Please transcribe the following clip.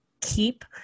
keep